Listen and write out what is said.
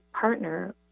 partner